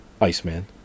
Iceman